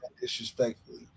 disrespectfully